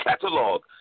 catalog